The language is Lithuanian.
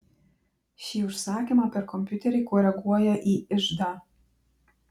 ši užsakymą per kompiuterį koreguoja į iždą